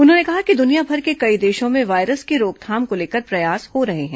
उन्होंने कहा कि दुनिया भर के कई देशों में वायरस के रोकथाम को लेकर प्रयास हो रहे है